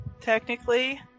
technically